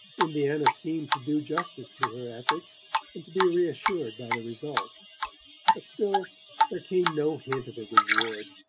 indiana seemed to do justice to her efforts and to be reassured by the result but still there came no hint of a reward.